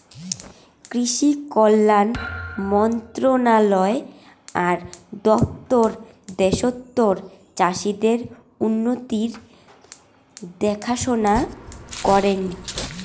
কৃষি কল্যাণ মন্ত্রণালয় আর দপ্তর দ্যাশতর চাষীদের উন্নতির দেখাশনা করেঙ